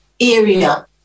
area